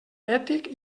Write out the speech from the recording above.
ètic